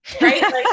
Right